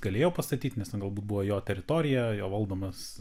galėjo pastatyti nes ten galbūt buvo jo teritorija jo valdomas